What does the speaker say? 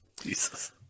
Jesus